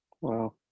Wow